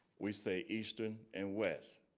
we say eastern and west.